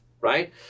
right